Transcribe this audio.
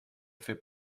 fait